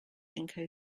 encode